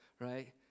right